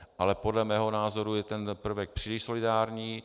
Ale podle mého názoru je ten prvek příliš solidární.